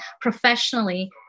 professionally